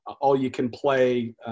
all-you-can-play